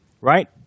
right